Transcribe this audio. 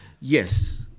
Yes